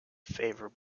favor